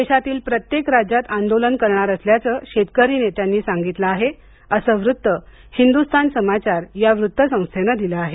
देशातील प्रत्येक राज्यात आंदोलन करणार असल्याचं शेतकरी नेत्यांनी सांगितलं आहे असं वृत्त हिंदुस्तान समाचार या वृत्त संस्थेनं दिलं आहे